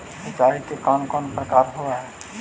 सिंचाई के कौन कौन प्रकार होव हइ?